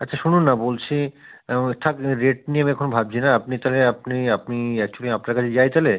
আচ্ছা শুনুন না বলছি ওই থাক রেট নিয়ে আমি এখন ভাবছি না আপনি তাহলে আপনি আপনি অ্যাকচুয়েলি আপনার কাছে যাই তাহলে